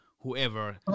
whoever